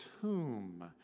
tomb